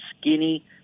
skinny